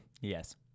Yes